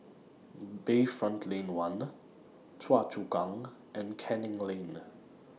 Bayfront Lane one Choa Chu Kang and Canning Lane